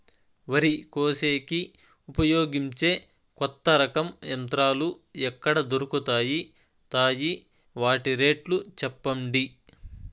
వరి కోసేకి ఉపయోగించే కొత్త రకం యంత్రాలు ఎక్కడ దొరుకుతాయి తాయి? వాటి రేట్లు చెప్పండి?